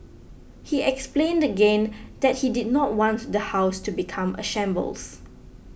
he explained again that he did not want the house to become a shambles